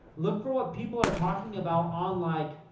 look for what people are talking about on like,